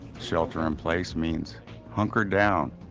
shelter in place means hunker down,